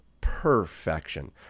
perfection